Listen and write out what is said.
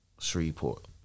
Shreveport